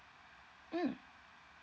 mm